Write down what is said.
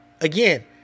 Again